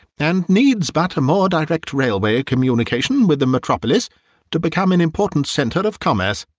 and needs but a more direct railway communication with the metropolis to become an important centre of commerce.